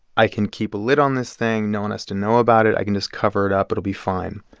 i can keep a lid on this thing. no one has to know about it. i can just cover it up. it'll be fine.